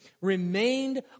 remained